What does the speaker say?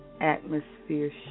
atmosphere